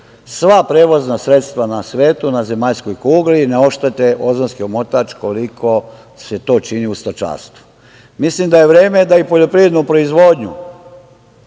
Sva prevozna sredstva na svetu, na zemaljskoj kugli ne oštete ozonski omotač koliko se to čini u stočarstvu. Mislim da je vreme da i poljoprivrednu proizvodnju